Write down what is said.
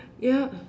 ya